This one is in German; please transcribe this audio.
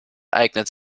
eignet